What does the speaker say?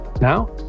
Now